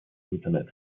internet